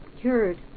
cured